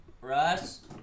Russ